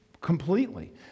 completely